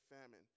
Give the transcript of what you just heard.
famine